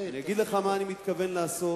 אני אגיד לך מה אני מתכוון לעשות.